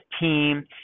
team